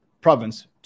province